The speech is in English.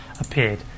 appeared